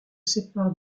sépare